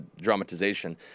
dramatization